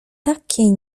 takie